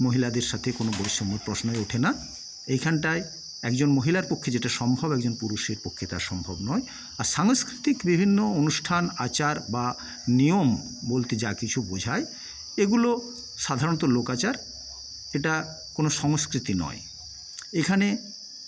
মহিলাদের সাথে কোনও বৈষম্য প্রশ্নই ওঠে না এখানটায় একজন মহিলার পক্ষে যেটা সম্ভব একজন পুরুষের পক্ষে তা সম্ভব নয় আর সাংস্কৃতিক বিভিন্ন অনুষ্ঠান আচার বা নিয়ম বলতে যা কিছু বোঝায় এগুলো সাধারণত লোকাচার এটা কোনও সংস্কৃতি নয় এখানে